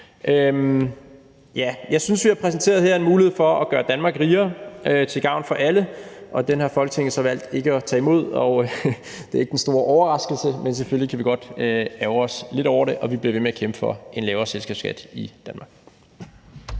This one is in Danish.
jeg synes, vi her har præsenteret en mulighed for at gøre Danmark rigere til gavn for alle, og den har Folketinget så valgt ikke at tage imod, og det er ikke den store overraskelse, men selvfølgelig kan vi godt ærgre os lidt over det, og vi bliver ved med at kæmpe for en lavere selskabsskat i Danmark.